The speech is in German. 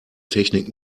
technik